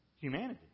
humanity